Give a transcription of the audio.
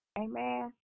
Amen